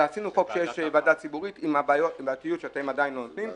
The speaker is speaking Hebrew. ועשינו חוק שיש ועדה ציבורית עם הבעייתיות שאתם עדיין לא פותרים.